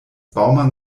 baumann